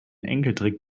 enkeltrick